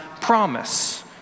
promise